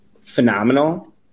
phenomenal